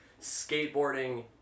skateboarding